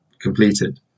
completed